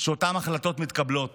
שאותן החלטות מתקבלות.